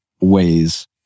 ways